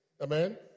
Amen